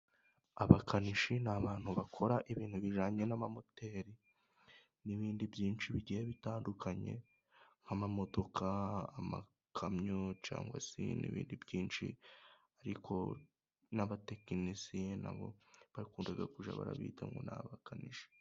Abakanishi ni abantu bakora ibintu bijyanye n'amamoteri, n'ibindi byinshi bigiye bitandukanye nk'amamodokaka, amakamyo cyangwa se n'ibindi byinshi, ariko n'abatekinisiye na bo bakunda kujya babita ngo ni abakanishi.